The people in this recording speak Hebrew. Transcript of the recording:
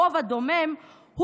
הרוב הדומם,